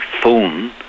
phone